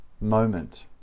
moment